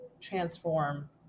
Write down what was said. transform